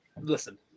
Listen